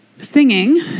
Singing